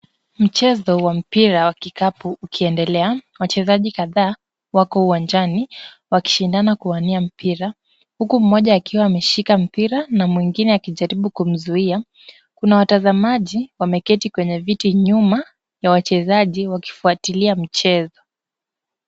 Mchezo wa mpira wa kikapu ukiendelea, wachezaji kadhaa wako uwanjani wakishindana kuwania mpira, huku mmoja akiwa ameshika mpira na mwingine akijaribu kumzuia. Kuna watazamaji wameketi kwenye viti nyuma ya wachezaji wakifuatilia mchezo.